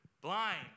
blind